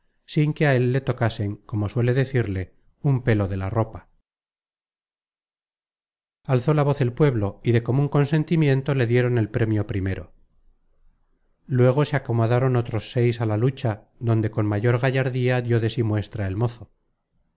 sin que á él le tocasen como decirse suele un pelo de la ropa alzó la voz el pueblo y de comun consentimiento le dieron el premio primero luego se acomodaron otros seis á la lucha donde con mayor gallardía dió de sí muestra el mozo